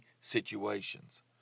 situations